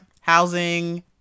housing